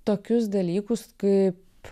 tokius dalykus kaip